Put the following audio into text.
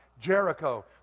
Jericho